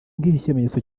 nk’ikimenyetso